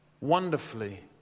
wonderfully